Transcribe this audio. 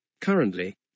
Currently